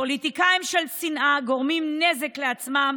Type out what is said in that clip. פוליטיקאים של שנאה גורמים נזק לעצמם